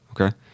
Okay